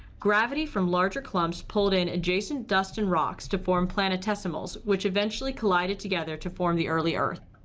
gravity from larger clumps pulled in adjacent dust and rocks to form planetesimals which eventually collided together to form the early earth.